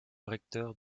recteur